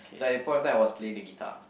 so at that point of time I was playing the guitar